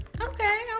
Okay